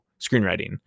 screenwriting